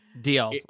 Deal